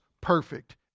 perfect